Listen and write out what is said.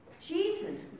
Jesus